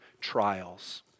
trials